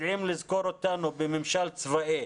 יודעים לזכור אותנו בממשל צבאי